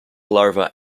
larvae